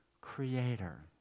Creator